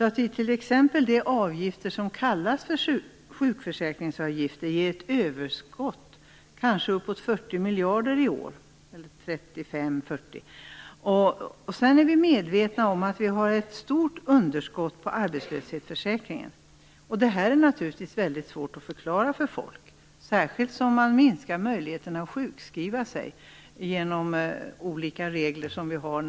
T.ex. ger de avgifter som kallas för sjukförsäkringsavgifter ett överskott på uppåt 35-40 miljarder i år. Vi är också medvetna om att vi har ett stort underskott i arbetslöshetsförsäkringen. Det här är naturligtvis mycket svårt att förklara för folk, särskilt som man minskar möjligheterna att sjukskriva sig genom olika regler.